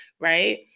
right